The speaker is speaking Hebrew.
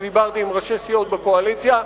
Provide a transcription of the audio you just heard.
אני דיברתי עם ראשי סיעות בקואליציה,